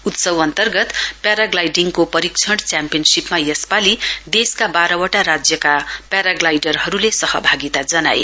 उत्सव अन्तर्गत प्यारा ग्लाइडिङको परीक्षण च्याम्पियनशीपमा यसपाली देशका बाह्रवटा राज्यका प्यारा ग्लाइडरहरूले सहभागिता जनाए